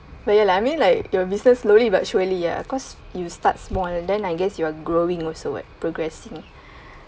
lah I mean like your business slowly but surely ya cause you start small then I guess you are growing also at progressing